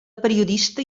periodista